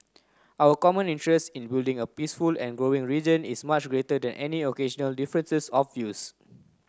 our common interest in building a peaceful and growing region is much greater than any occasional differences of views